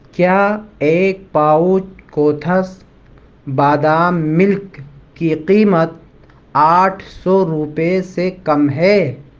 کیا ایک پاؤچ کوتھس بادام ملک کی قیمت آٹھ سو روپئے سے کم ہے